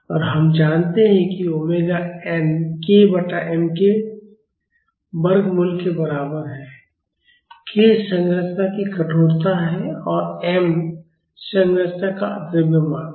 और हम जानते हैं कि ओमेगा n k बटा m के वर्गमूल के बराबर है k संरचना की कठोरता है और m संरचना का द्रव्यमान है